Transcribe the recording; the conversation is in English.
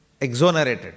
exonerated